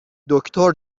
دکتر